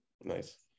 nice